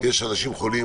יש אנשים חולים,